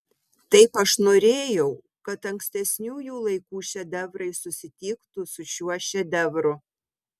taip aš norėjau kad ankstesniųjų laikų šedevrai susitiktų su šiuo šedevru